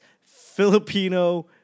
Filipino